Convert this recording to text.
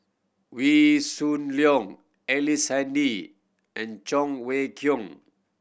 Wee Shoo Leong Ellice Handy and Cheng Wei Keung